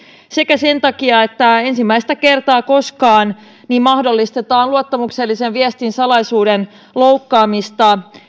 sekä sen takia että ensimmäistä kertaa koskaan mahdollistetaan luottamuksellisen viestin salaisuuden loukkaaminen